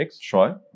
Sure